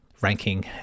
ranking